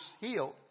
healed